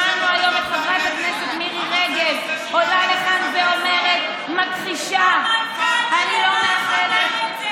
אף אחד לא עושה כזה קמפיין.